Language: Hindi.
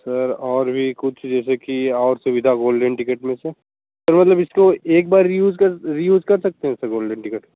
सर और भी कुछ जैसे कि और सुविधा गोल्डेन टिकेट में सर सर मतलब इसको एक बार रीयूज़ कर रीयूज़ कर सकते हैं सर गोल्डेन टिकट